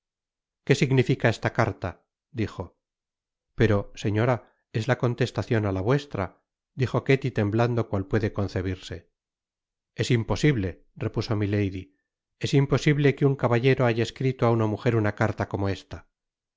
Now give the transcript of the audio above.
qué significa esta carta dijo pero señora es la contestacion á la vuestra dijo ketty temblando cual puede concebirse es imposible i repuso milady es imposible que un caballero haya escrito á una mujer una carta como esta